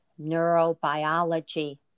neurobiology